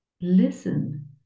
listen